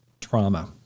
trauma